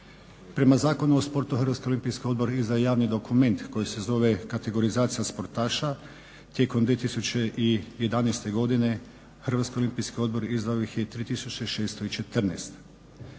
Prema zakonu o sportu Hrvatski olimpijski odbor izdaje javni dokument koji se zove kategorizacija sportaša. Tijekom 2011.godine Hrvatski olimpijski odbor izdao ih je 3614.